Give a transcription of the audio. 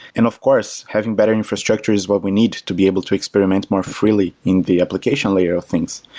and of course, having better infrastructure is what we need to be able to experiment more freely in the application layer of things.